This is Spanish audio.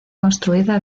construida